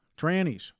Trannies